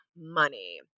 money